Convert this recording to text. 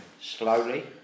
slowly